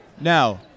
now